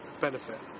benefit